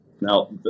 Now